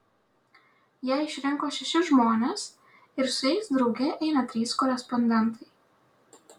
jie išrinko šešis žmones ir su jais drauge eina trys korespondentai